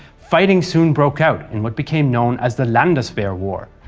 fighting soon broke out in what became known as the landeswehr war.